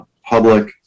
public